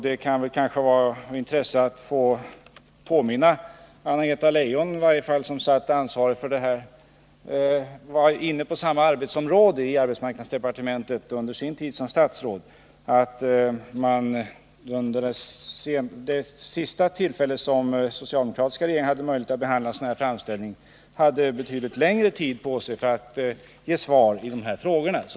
Det kan kanske vara av intresse att påminna i varje fall Anna-Greta Leijon, som var inne på samma arbetsområde i arbetsmarknadsdepartementet under sin tid som statsråd, att vid det sista tillfälle då den socialdemokratiska regeringen hade möjlighet att behandla en sådan här frågeställning hade man betydligt längre tid på sig för att ge svar på frågorna.